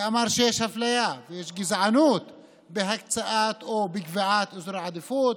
ואמר שיש אפליה ויש גזענות בהקצאה או בקביעת אזורי עדיפות,